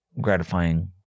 gratifying